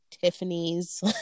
Tiffany's